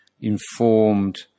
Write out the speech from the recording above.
informed